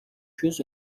jeux